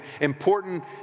important